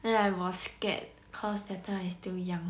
then I was scared cause that time I still young